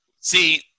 See